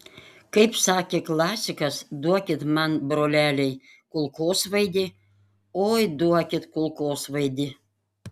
kaip sakė klasikas duokit man broleliai kulkosvaidį oi duokit kulkosvaidį